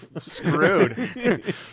screwed